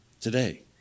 Today